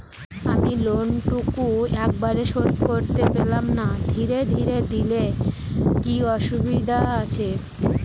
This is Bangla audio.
আমি লোনটুকু একবারে শোধ করতে পেলাম না ধীরে ধীরে দিলে কি অসুবিধে আছে?